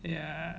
yeah